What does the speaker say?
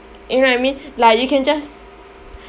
you know what I mean like you can just